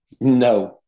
No